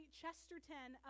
Chesterton